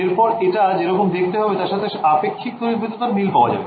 এরপর এটা যেরকম দেখতে হবে তার সাথে আপেক্ষিক তড়িৎ ভেদ্যতার মিল পাওয়া যায়